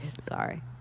Sorry